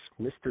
Mr